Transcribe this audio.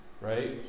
Right